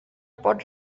pot